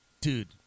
Dude